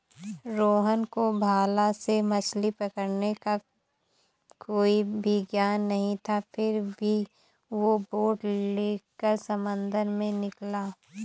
रोहन को भाला से मछली पकड़ने का कोई भी ज्ञान नहीं था फिर भी वो बोट लेकर समंदर में निकला